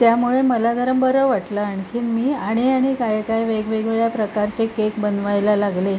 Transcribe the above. त्यामुळे मला जरा बरं वाटलं आणखीन मी आणि आणि काय काय वेगवेगळ्या प्रकारचे केक बनवायला लागले